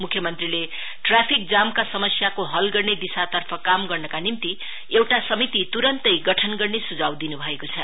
मुख्य मंत्रीले ट्रफिक जामका समस्याको हल गर्ने दिशातर्फ काम गर्नका निम्ति एउटा समिति तुरन्तै गठन गर्ने सुभाव दिनु भएको छ